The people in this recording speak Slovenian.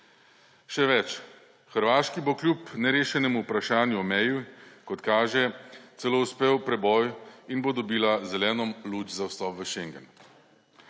Še več, Hrvaški bo kljub nerešenemu vprašanju o meji, kot kaže, celo uspel preboj in bo dobila zeleno luč za vstop v schengen.